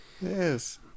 Yes